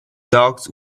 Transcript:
dogs